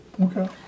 Okay